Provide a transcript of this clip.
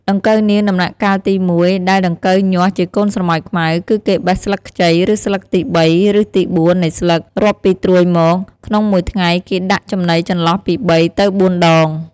ដង្កូវនាងដំណាក់កាលទី១ ដែលដង្កូវញាស់ជាកូនស្រមោចខ្មៅ គឺគេបេះស្លឹកខ្ចី ឬស្លឹកទី៣ ឬទី៤ នៃស្លឹក រាប់ពីត្រួយមក ក្នុងមួយថ្ងៃគេដាក់ចំណីចន្លោះពី៣ ទៅ៤ដង។